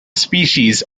species